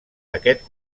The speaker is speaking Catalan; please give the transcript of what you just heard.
aquest